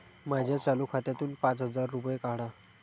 माझ्या चालू खात्यातून पाच हजार रुपये काढा